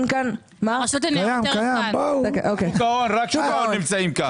רק שוק ההון נמצאים כאן.